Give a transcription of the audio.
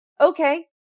Okay